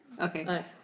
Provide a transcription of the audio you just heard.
Okay